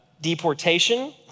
deportation